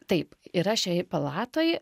taip yra šioje palatoj